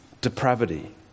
depravity